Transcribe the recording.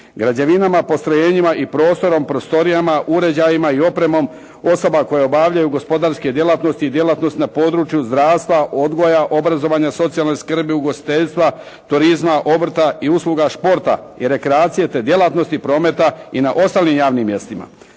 Građevinama, postrojenjima i prostorom, prostorijama, uređajima i opremom osoba koje obavljaju gospodarske djelatnosti i djelatnosti na području zdravstva, odgoja, obrazovanja, socijalne skrbi, ugostiteljstva, turizma, obrta i usluga športa i rekreacije, te djelatnosti prometa i na ostalim javnim mjestima.